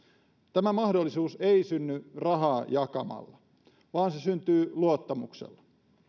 tämä mahdollisuus ei synny rahaa jakamalla vaan se syntyy luottamuksella